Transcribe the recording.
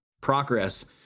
progress